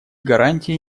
гарантии